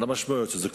על המשמעויות של זה.